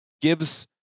gives